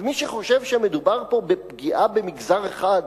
אז מי שחושב שמדובר פה בפגיעה במגזר אחד,